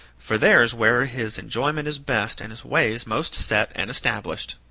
for there's where his enjoyment is best, and his ways most set and established.